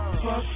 Fuck